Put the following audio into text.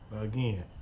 Again